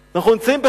נמצאים.